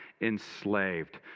enslaved